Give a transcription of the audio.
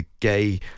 gay